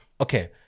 okay